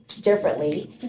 differently